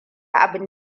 abun